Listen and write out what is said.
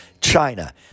China